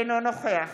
אינו נוכח